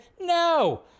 No